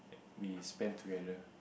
we spend together